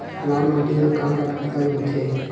लाल माटी म का का फसल होथे?